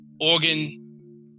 organ